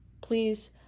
Please